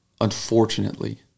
unfortunately